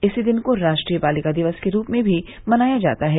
इसी दिन को राष्ट्रीय बालिका दिवस के रूप में भी मनाया जाता है